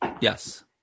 Yes